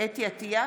חוה אתי עטייה,